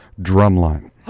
Drumline